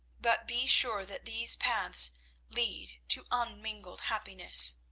but be sure that these paths lead to unmingled happiness.